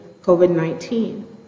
COVID-19